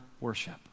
worship